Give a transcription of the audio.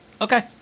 Okay